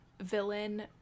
Villain